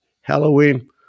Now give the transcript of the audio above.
Halloween